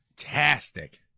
fantastic